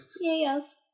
Yes